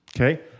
Okay